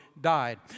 died